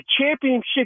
championship